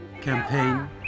campaign